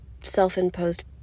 self-imposed